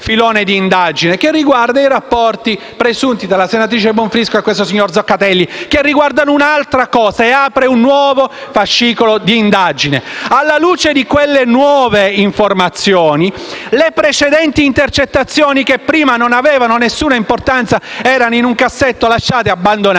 filone di indagine che riguarda i rapporti presunti tra la senatrice Bonfrisco e il signor Zoccatelli, che riguardano un'altra cosa. Viene quindi aperto un nuovo fascicolo di indagine. Alla luce delle nuove informazioni, le precedenti intercettazioni, che prima non avevano alcuna importanza ed erano abbandonate